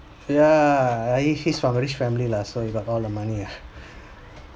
yeah he he's from a rich family lah so you got all the money ah